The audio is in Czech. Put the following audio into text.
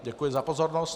Děkuji za pozornost.